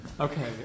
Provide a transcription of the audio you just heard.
Okay